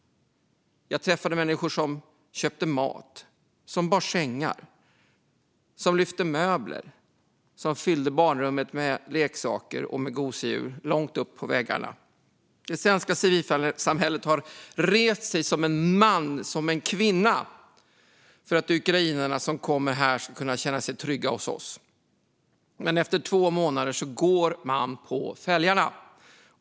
Jag träffade människor som köpte mat, bar sängar, lyfte möbler och fyllde barnrummet med leksaker och gosedjur långt upp på väggarna. Det svenska civilsamhället har rest sig som en man, som en kvinna, för att ukrainarna som har kommit hit ska känna sig trygga hos oss. Men efter två månader går man på fälgarna.